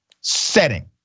setting